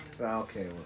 okay